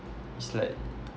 it's like